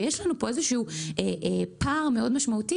ויש לנו פה איזשהו פער מאוד משמעותי.